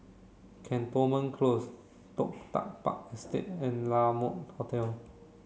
Cantonment Close Toh Tuck Park Estate and La Mode Hotel